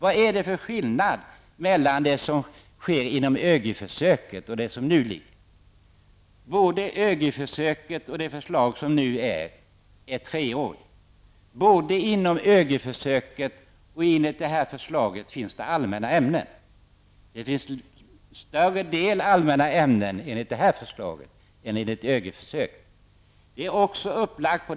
Vad är det för skillnad mellan det som sker inom ÖGY-försöket och det förslag som föreligger? I båda fallen är det en treårig verksamhet. Både inom ÖGY-försöket och i det nu föreliggande förslaget finns det allmänna ämnen. Det finns nu en större del allmänna ämnen än i ÖGY-försöket.